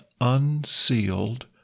unsealed